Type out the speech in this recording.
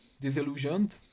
disillusioned